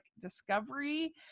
discovery